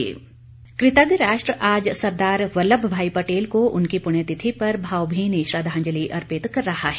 सरदार पटेल कृतज्ञ राष्ट्र आज सरदार वल्लभ भाई पटेल को उनकी प्ण्य तिथि पर भावभीनी श्रंद्वाजलि अर्पित कर रहा है